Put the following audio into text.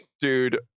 Dude